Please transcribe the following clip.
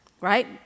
right